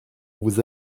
vous